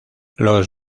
los